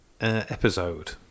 episode